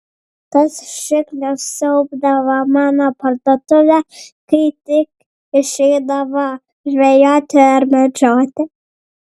tas šiknius siaubdavo mano parduotuvę kai tik išeidavau žvejoti ar medžioti